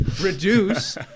reduce